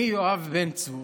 אני, יואב בן צור,